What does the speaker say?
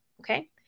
okay